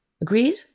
Agreed